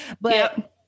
But-